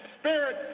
spirit